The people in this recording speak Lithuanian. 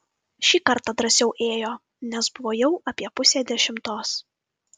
šį kartą drąsiau ėjo nes buvo jau apie pusė dešimtos